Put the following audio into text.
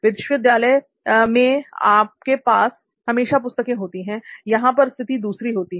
विद्यालय में आपके पास हमेशा पुस्तकें होती हैं वहां पर स्थिति दूसरी होती है